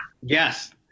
Yes